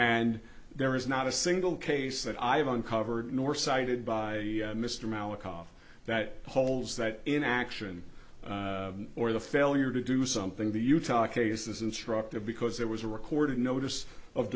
and there is not a single case that i have uncovered nor cited by mr malakoff that holes that in action or the failure to do something the utah cases instructed because there was a record notice of